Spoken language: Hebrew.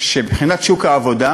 שמבחינת שוק העבודה,